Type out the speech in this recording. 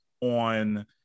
on